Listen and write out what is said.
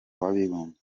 w’abibumbye